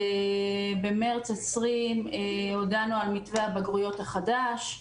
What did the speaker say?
במרץ 20, הודענו על מתווה הבגרויות החדש.